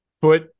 Foot